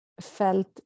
felt